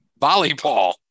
volleyball